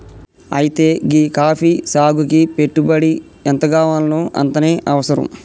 అయితే గీ కాఫీ సాగుకి పెట్టుబడి ఎంతగావాల్నో అంతనే అవసరం